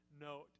note